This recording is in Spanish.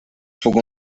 jugó